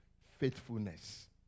Faithfulness